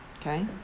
Okay